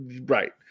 Right